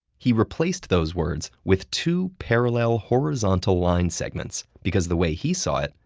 he replaced those words with two parallel horizontal line segments because the way he saw it,